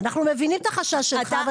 מבינים את החשש שלך,